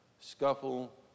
scuffle